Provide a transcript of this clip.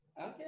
Okay